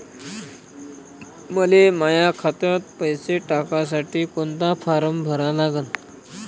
मले माह्या खात्यात पैसे टाकासाठी कोंता फारम भरा लागन?